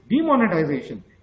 demonetization